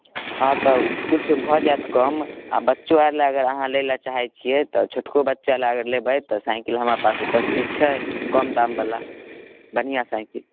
हँ तऽ किछु भऽ जायत कम आ बच्चो आओर लेल अगर अहाँ लैले चाहै छियै तऽ छोटको बच्चा ले अगर लेबै तऽ साइकिल हमरा पास उपस्थित छै कम दामवला बढ़िआँ साइकिल